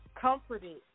comforted